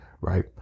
Right